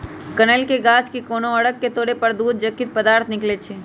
कनइल के गाछ के कोनो अङग के तोरे पर दूध जकति पदार्थ निकलइ छै